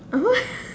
uh who